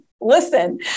listen